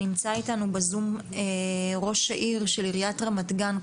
נמצא איתנו בזום ראש העיר של עיריית רמת גן,